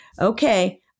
okay